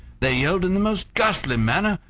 they yelled in the most ghastly manner,